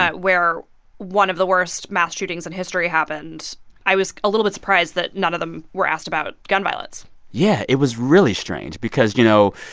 where one of the worst mass shootings in history happened i was a little bit surprised that none of them were asked about gun violence yeah. it was really strange because, you know,